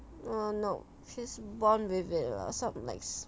um no she's born with it uh some like